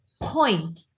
point